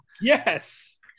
yes